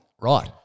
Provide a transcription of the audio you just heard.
Right